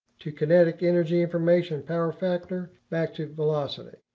to kinetic energy information, power factor, back to velocity.